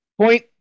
Point